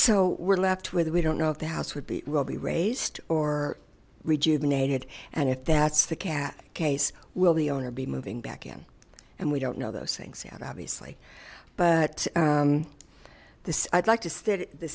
so we're left with we don't know if the house would be will be raised or rejuvenated and if that's the cat case will the owner be moving back in and we don't know those things yet obviously but this i'd like to